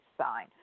sign